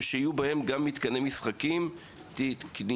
ושיהיו בהן גם מתקני משחקים תקניים.